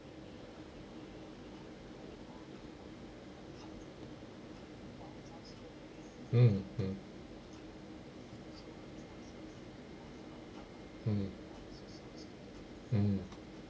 mm mm mm mm